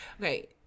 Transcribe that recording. Okay